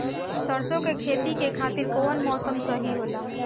सरसो के खेती के खातिर कवन मौसम सही होला?